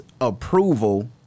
approval